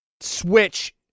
Switch